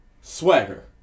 swagger